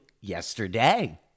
yesterday